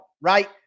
right